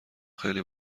خیلی